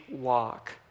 walk